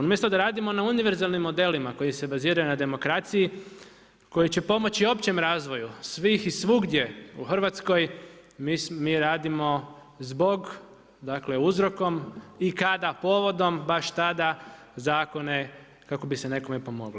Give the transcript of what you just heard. Umjesto da radimo na univerzalnim modelima koji se baziraju na demokraciji, koji će pomoći općem razvoju svih i svugdje u Hrvatskoj, mi radimo zbog uzorkom i kada povodom baš tada zakone kako bi se nekome pomoglo.